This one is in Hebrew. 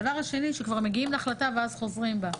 הדבר השני, שכבר מגיעים להחלטה ואז חוזרים ממנה.